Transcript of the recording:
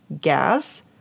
gas